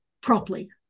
properly